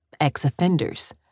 ex-offenders